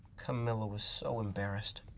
camilla was so embarrassed.